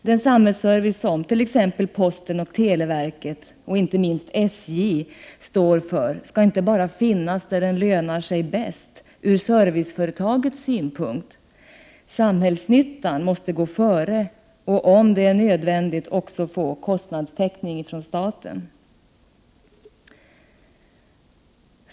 Den samhällsservice som t.ex. posten, televerket och inte minst SJ står för skall inte bara finnas där den lönar sig bäst ur serviceföretagets synpunkt. Samhällsnyttan måste gå före och om det är nödvändigt få kostnadstäckning från staten.